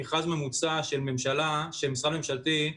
מכרז ממוצע של משרד ממשלתי,